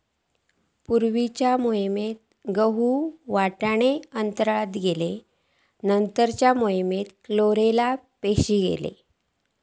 पूर्वीच्या मोहिमेत गहु, वाटाणो अंतराळात गेलो नंतरच्या मोहिमेत क्लोरेला पेशी गेले